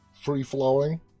free-flowing